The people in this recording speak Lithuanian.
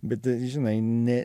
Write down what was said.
bet žinai ne